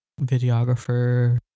videographer